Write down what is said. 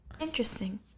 interesting